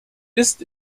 ist